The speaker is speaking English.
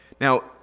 Now